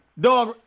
Dog